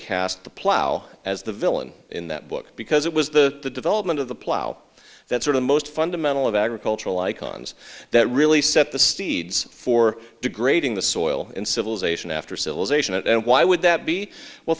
the plow as the villain in that book because it was the development of the plow that sort of most fundamental of agricultural icons that really set the steeds for degrading the soil and civilization after civilization and why would that be well